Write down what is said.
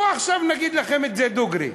בואו עכשיו נגיד לכם את זה דוגרי.